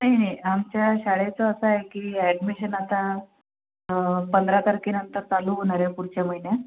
नाही नाही आमच्या शाळेचं असं आहे की ॲडमिशन आता पंधरा तारखेनंतर चालू होणार आहे पुढच्या महिन्यात